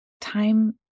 Time